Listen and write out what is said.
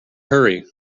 hurry